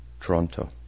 Toronto